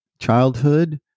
childhood